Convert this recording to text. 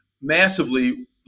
massively